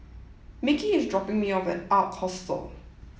Mickie is dropping me off at Ark Hostel